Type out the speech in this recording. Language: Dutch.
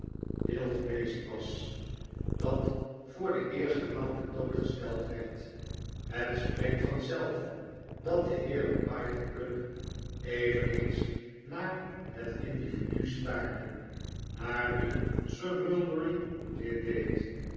wild beest was dat voor de eerste maal tentoongesteld werd het spreekt vanzelf dat de heeren pyke en pluck eveneens naar het individu staarden naar wien sir mulberry dit deed